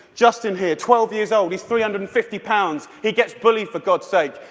justin here, twelve years old, he's three hundred and fifty pounds. he gets bullied, for god's sake.